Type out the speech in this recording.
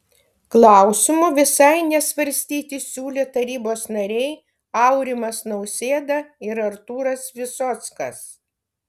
klausimo visai nesvarstyti siūlė tarybos nariai aurimas nausėda ir artūras visockas